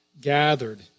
gathered